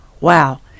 Wow